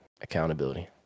accountability